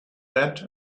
that